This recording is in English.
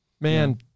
Man